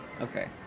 Okay